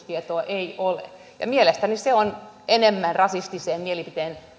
ja sellaista tutkimustietoa ei ole mielestäni se on enemmän rasistiseen mielipiteeseen